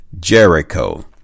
Jericho